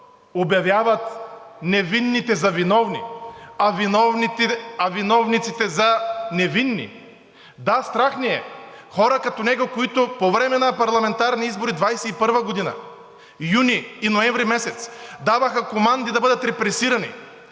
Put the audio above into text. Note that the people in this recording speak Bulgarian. обявяват невинните за виновни, а виновниците за невинни. Да, страх ни е хора като него, които по време на парламентарните избори 2021 г., месец юни и ноември, даваха команди да бъдат репресирани,